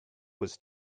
was